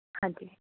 ਹਾਂਜੀ